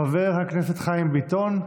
חבר הכנסת חיים ביטון,